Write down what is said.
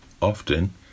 Often